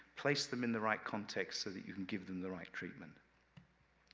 place them in the right context, so that you can give them the right treatment.